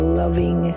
loving